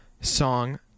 song